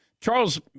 Charles